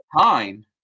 time